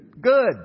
Good